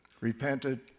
repented